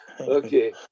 okay